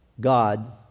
God